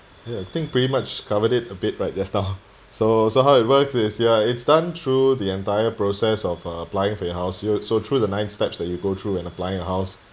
ya I think pretty much covered it a bit right just now so so how it works is ya it's done through the entire process of uh applying for your house you so through the nine steps that you go through and applying a house